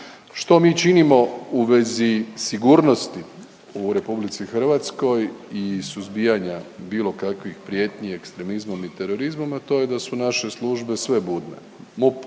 Što mi činimo u vezi sigurnosti u RH i suzbijanja bilo kakvih prijetnji ekstremizmom i terorizmom, a to je da su naše službe sve budne.